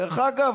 דרך אגב,